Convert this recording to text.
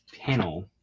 panel